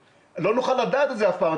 לא נוכל לדעת את זה אף פעם.